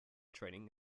training